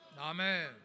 Amen